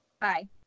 Bye